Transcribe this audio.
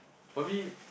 for me